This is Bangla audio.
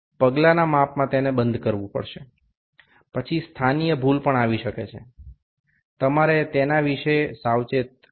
সুতরাং ধাপ পরিমাপে এটি বন্ধ করতে হবে তবে অবস্থানগত ত্রুটিও আসতে পারে আপনাকে সেই সম্পর্কে সচেতন থাকতে হবে